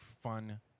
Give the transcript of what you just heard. fun